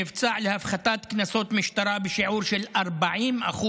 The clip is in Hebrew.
במבצע להפחתת קנסות משטרה בשיעור של 40%,